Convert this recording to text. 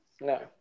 No